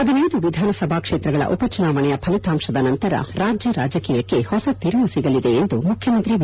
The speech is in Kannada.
ಹದಿನೈದು ವಿಧಾನಸಭಾ ಕ್ಷೇತ್ರಗಳ ಉಪಚುನಾವಣೆಯ ಫಲಿತಾಂಶದ ನಂತರ ರಾಜ್ಯ ರಾಜಕೀಯಕ್ಕೆ ಹೊಸ ತಿರುವು ಸಿಗಲಿದೆ ಎಂದು ಮುಖ್ಯಮಂತ್ರಿ ಬಿ